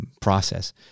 process